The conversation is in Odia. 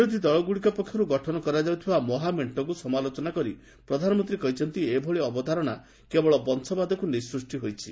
ବିରୋଧ୍ ଦଳଗୁଡ଼ିକ ପକ୍ଷରୁ ଗଠନ କରାଯାଉଥିବା ମହାମେଣ୍ଟକୁ ସମାଲୋଚନା କରି ପ୍ରଧାନମନ୍ତ୍ରୀ କହିଛନ୍ତି ଏଭଳି ଅବଧାରଣା କେବଳ ବଂଶବାଦକୁ ନେଇ ସୂଷ୍ଟି ହୋଇଛି